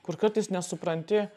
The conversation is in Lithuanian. kur kartais nesupranti